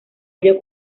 ello